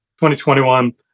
2021